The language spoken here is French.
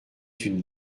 une